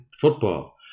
Football